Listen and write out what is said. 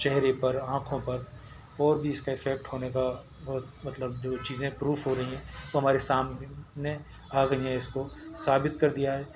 چہرے پر آنکھوں پر اور بھی اس کا افیکٹ ہونے کا بہت مطلب جو چیزیں پروف ہو رہی ہیں وہ ہمارے سامنے آ گئی ہیں اس کو ثابت کر دیا ہے